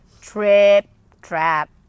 trip-trap